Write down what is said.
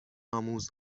آموز